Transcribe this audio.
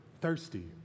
thirsty